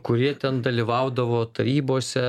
kurie ten dalyvaudavo tarybose